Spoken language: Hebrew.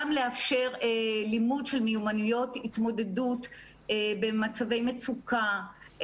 גם לאפשר לימוד של מיומנות התמודדות במצבי מצוקה,